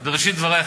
אז בראשית דברי,